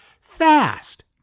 Fast